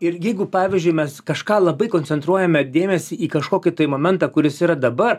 ir jeigu pavyzdžiui mes kažką labai koncentruojame dėmesį į kažkokį momentą kuris yra dabar